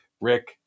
Rick